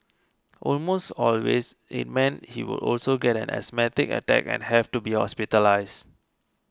almost always it meant he would also get an asthmatic attack and have to be hospitalised